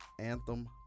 anthem